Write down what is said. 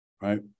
Right